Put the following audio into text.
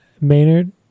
Maynard